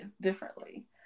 differently